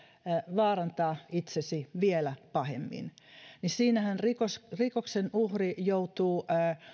vaarantaa itsesi vielä pahemmin siinähän rikoksen rikoksen uhri joutuu